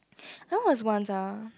you know there was once ah